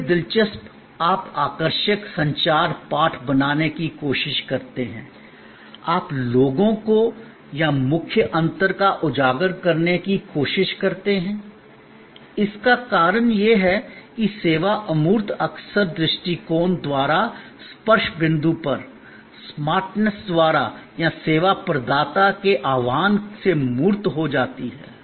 अन्य दिलचस्प आप आकर्षक संचार पाठ बनाने की कोशिश करते हैं आप लोगों को या मुख्य अंतर को उजागर करने की कोशिश करते हैं इसका कारण यह है कि सेवा अमूर्त अक्सर दृष्टिकोण द्वारा स्पर्श बिंदु पर स्मार्टनेस द्वारा या सेवा प्रदाता के आह्वान से मूर्त हो जाती है